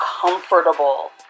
comfortable